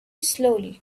slowly